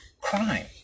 crime